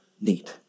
need